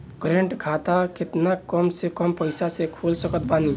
Current खाता केतना कम से कम पईसा से खोल सकत बानी?